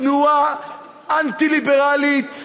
תנועה אנטי-ליברלית.